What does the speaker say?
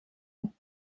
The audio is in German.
und